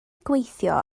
gweithio